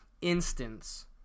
instance